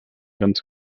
ganz